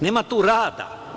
Nema tu rada.